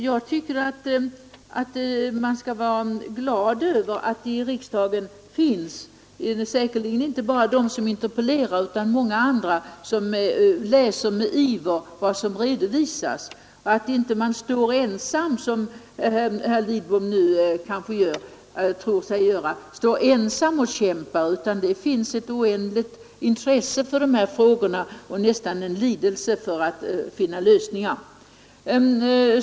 Jag anser att man skall vara glad över att det i riksdagen finns människor säkerligen inte bara de som interpellerar, utan många andra — som med iver läser vad som redovisas; man skall vara glad över att man inte vilket statsrådet Lidbom kanske tror sig göra — står ensam och kämpar, utan att det finns ett oändligt intresse för dessa frågor och nästan en lidelse för att finna lösningar.